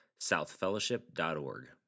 southfellowship.org